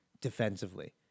defensively